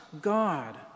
God